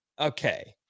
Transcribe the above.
Okay